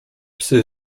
psy